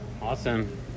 Awesome